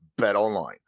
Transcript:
BetOnline